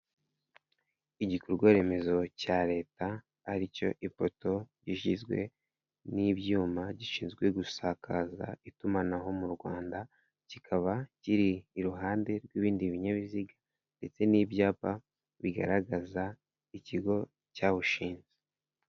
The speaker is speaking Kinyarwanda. Igikorwaremezo cya Leta ari cyo ipoto igizwe n'ibyuma gishinzwe gusakaza itumanaho mu Rwanda, kikaba kiri iruhande rw'ibindi binyabiziga ndetse n'ibyapa bigaragaza ikigo cyawushinze.